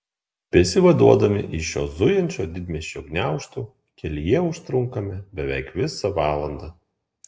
besivaduodami iš šio zujančio didmiesčio gniaužtų kelyje užtrunkame beveik visą valandą